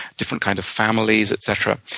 different kinds of families, etc.